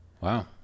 Wow